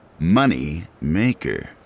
Moneymaker